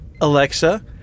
Alexa